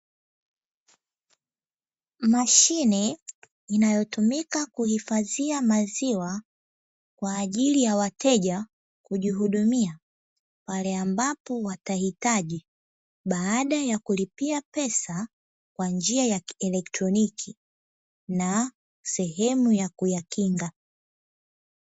Mashine inayotumika kuhifadhia maziwa kwa ajili ya wateja kujihudumia, wale ambapo watahitaji baada ya kulipia pesa kwa njia ya elektroniki na sehemu ya kuyakinga.